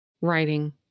writing